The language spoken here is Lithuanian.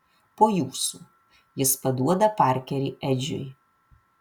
po jūsų jis paduoda parkerį edžiui